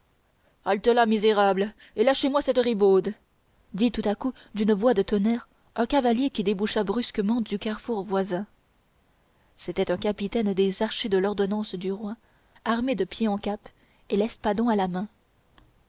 halte-là misérables et lâchez-moi cette ribaude dit tout à coup d'une voix de tonnerre un cavalier qui déboucha brusquement du carrefour voisin c'était un capitaine des archers de l'ordonnance du roi armé de pied en cap et l'espadon à la main